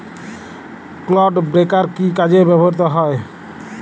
Clod breaker কি কাজে ব্যবহৃত হয়?